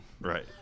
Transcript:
Right